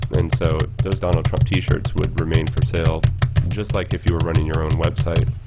and so those donald trump t-shirts would remain for sale just like if you were running your own website.